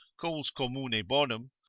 calls commune bonum,